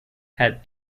had